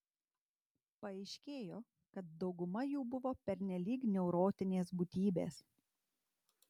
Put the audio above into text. paaiškėjo kad dauguma jų buvo pernelyg neurotinės būtybės